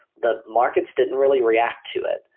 the markets didn't really react to it.